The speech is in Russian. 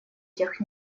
тех